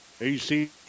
AC